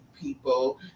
people